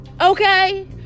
okay